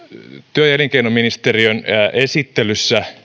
työ ja elinkeinoministeriön esittelyssä